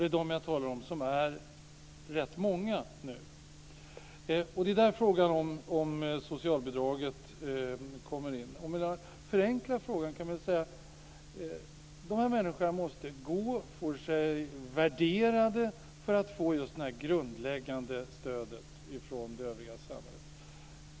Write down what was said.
Det är dessa jag talar om, och de är rätt många nu. Det är där frågan om socialbidraget kommer in. Jag kan förenkla frågan och säga att de här människorna måste gå och bli värderade för att få just det här grundläggande stödet från det övriga samhället.